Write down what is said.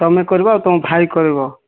ତୁମେ କରିବ ଆଉ ତୁମ ଭାଇ କରିବ